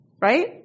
right